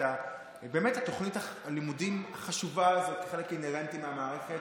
תוכנית הלימודים החשובה הזאת כחלק אינהרנטי מהמערכת.